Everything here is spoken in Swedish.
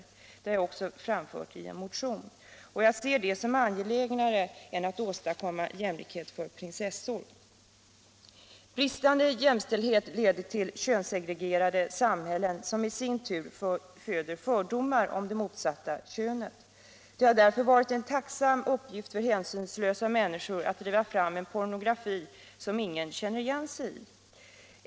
Det har jag också föreslagit i en motion. Jag ser detta som angelägnare än att åstadkomma jämlikhet för prinsessor. Bristande jämställdhet leder till könssegregerade samhällen som i sin tur föder fördomar om det motsatta könet. Det har därför varit en tacksam uppgift för hänsynslösa människor att driva fram en pornografi som ingen känner igen sig i.